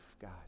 God